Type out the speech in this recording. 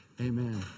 Amen